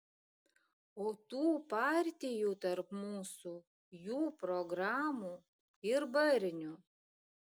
o tų partijų tarp mūsų jų programų ir barnių